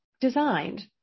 designed